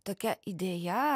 tokia idėja